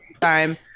time